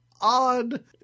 odd